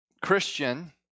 Christian